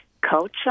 culture